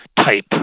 type